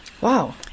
Wow